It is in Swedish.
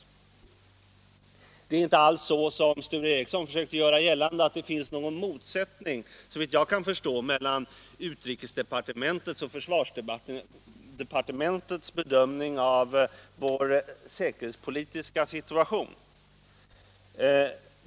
Såvitt jag förstår är det inte alls så, som Sture Ericson försökte göra gällande, att det finns någon motsättning mellan utrikesdepartementets och försvarsdepartementets bedömning av vår säkerhetspolitiska situation.